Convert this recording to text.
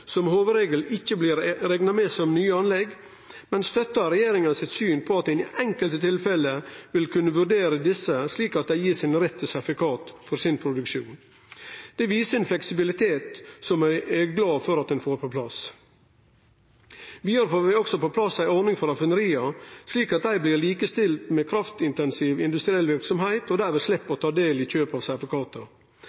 som hovudregel ikkje blir rekna som nye anlegg, men støttar regjeringa sitt syn på at ein i enkelte tilfelle vil kunne vurdere desse slik at dei blir gitt rett til sertifikat for produksjonen sin. Det viser ein fleksibilitet som eg er glad for at ein får på plass. Vidare får vi også på plass ei ordning for raffineria, slik at dei blir likestilte med kraftintensiv industriell verksemd, og dermed slepp